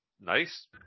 nice